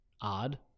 odd